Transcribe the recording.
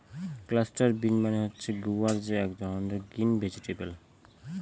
cluster bean মানে হচ্ছে গুয়ার যে এক ধরনের গ্রিন ভেজিটেবল